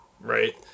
right